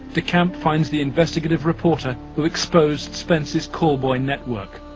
decamp finds the investigative reporter who exposed spence's call boy network,